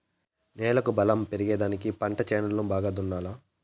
నేలకు బలం పెరిగేదానికి పంట చేలను బాగా దున్నాలా